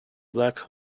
black